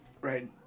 right